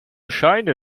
scheine